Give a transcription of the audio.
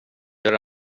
gör